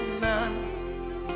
none